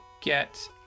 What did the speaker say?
Get